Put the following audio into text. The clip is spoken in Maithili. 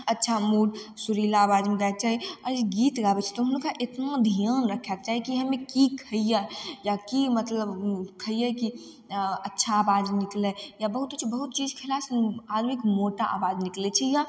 अच्छा मूड सुरीला आवाजमे गाइके चाही आओर गीत गाबय छै तऽ उन लोगोके इतना ध्यान रखयके चाही कि हमे की खइए या की मतलब खइए कि अच्छा आवाज निकलइ या बहुत किछु बहुत चीज खेलासँ ने आदमीके मोटा आवाज निकलय छै या